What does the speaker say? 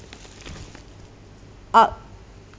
art